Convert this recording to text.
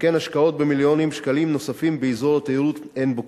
והשקעות במיליוני שקלים נוספים באזור התיירות עין-בוקק,